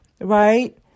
right